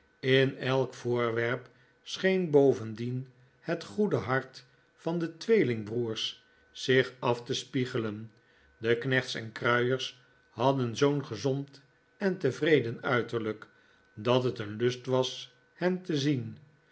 in elk voorwerp scheen bovendien het goede hart van de tweelingbroers zich af te spiegelen de knechts en kruiers hadden zoo'n gezond en tevreden uiterlijk dat het een lust was hen te zien